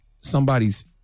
somebody's